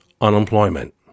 unemployment